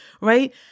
right